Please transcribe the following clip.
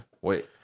Wait